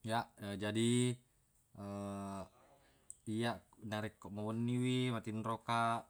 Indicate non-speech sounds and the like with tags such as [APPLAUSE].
Ya jadi [HESITATION] iyya narekko wenniwi matinro kaq